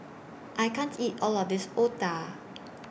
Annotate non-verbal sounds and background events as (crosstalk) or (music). I can't eat All of This Otah (noise)